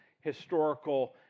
historical